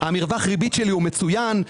ומרווח הריבית שלי מצוין.